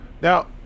Now